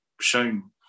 shown